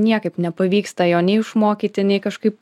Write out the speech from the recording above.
niekaip nepavyksta jo nei išmokyti nei kažkaip